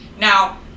Now